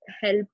help